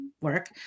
work